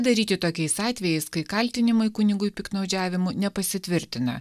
daryti tokiais atvejais kai kaltinimai kunigui piktnaudžiavimu nepasitvirtina